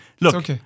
Look